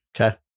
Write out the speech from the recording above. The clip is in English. Okay